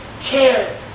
care